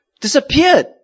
disappeared